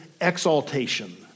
exaltation